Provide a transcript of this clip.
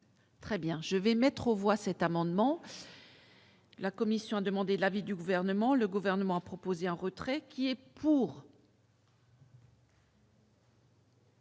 Très bien, je vais mettre aux voix cet amendement. La Commission demander l'avis du gouvernement, le gouvernement a proposé un retrait qui est pour.